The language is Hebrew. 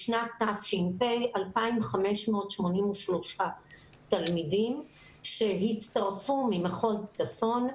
בשנת תש"ף, 2,583 תלמידים, שהצטרפו ממחוז צפון.